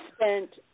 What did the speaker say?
spent